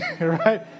right